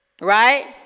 Right